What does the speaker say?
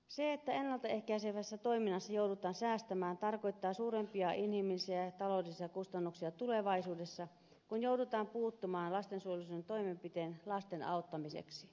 se että ennalta ehkäisevässä toiminnassa joudutaan säästämään tarkoittaa suurempia inhimillisiä ja taloudellisia kustannuksia tulevaisuudessa kun joudutaan puuttumaan lastensuojelullisin toimenpitein lasten auttamiseksi